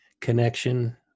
connection